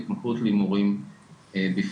והתמכרות להימורים בפרט.